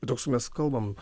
toks mes kalbam